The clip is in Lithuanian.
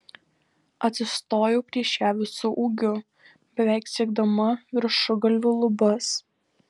atsistojau prieš ją visu ūgiu beveik siekdama viršugalviu lubas